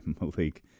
Malik